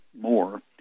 more